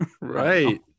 right